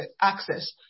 access